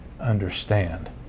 understand